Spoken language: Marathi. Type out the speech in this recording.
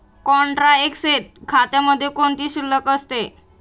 कॉन्ट्रा ऍसेट खात्यामध्ये कोणती शिल्लक असते?